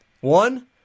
One